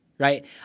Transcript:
Right